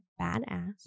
badass